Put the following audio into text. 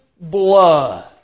blood